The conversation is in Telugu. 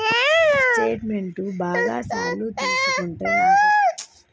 స్టేట్మెంటు బాగా సార్లు తీసుకుంటే నాకు ఖాతాలో పైసలు కట్ అవుతయా?